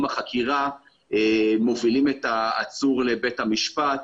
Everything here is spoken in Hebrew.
החקירה מובילים את העצור לבית המשפט.